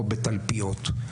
פה בתלפיות.